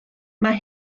mae